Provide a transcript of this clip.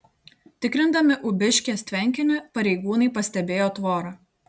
tikrindami ūbiškės tvenkinį pareigūnai pastebėjo tvorą